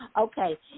Okay